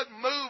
move